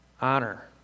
Honor